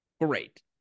great